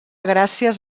gràcies